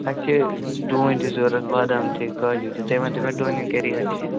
اَسہِ چھِ ڈوٗنۍ تہِ ضروٗرت بادام تہِ کاجوٗ تہِ تُہۍ ؤنۍتَو مےٚ ڈونٮ۪ن کیٛاہ ریٹ چھِ